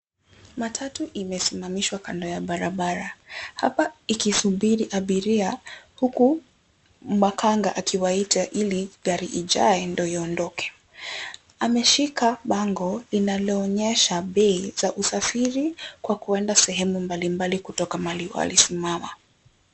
Matatu imesimamishwa kando ya barabara, hapa ikisubiri abairia huku makanga akiwaita ili gari ijae ndio iondoke. Ameshika bango linaloonyesha bei za usafiri kwa kwenda sehemu mbalimbali kutoka mahali walisimama.